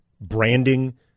branding